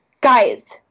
Guys